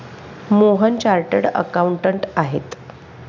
Mohan chartered accountant आहेत